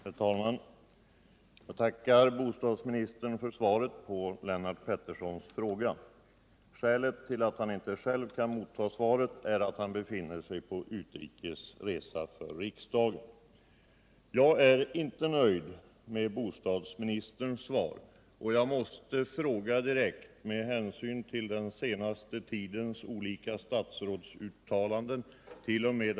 Herr talman! Jag tackar bostadsministern för svaret på Lennart Petterssons fråga. Skälet till att han inte själv kan motta svaret är att han befinner sig på utrikes resa för riksdagen. Jag är inte nöjd med bostadsministerns svar. Jag måste med hänsyn till den senaste tidens olika statsrådsuttalanden,t.o.m.